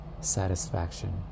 satisfaction